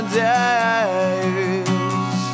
days